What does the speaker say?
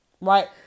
Right